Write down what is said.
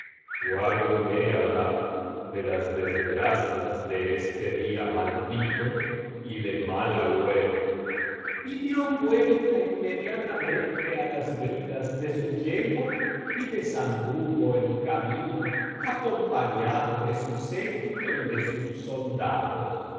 alah de las desgracias de este día maldito y de mal agüero y dio vuelta inmediatamente á las bridas de su yegua y desanduvo el camino acompañado de su séquito y de sus soldados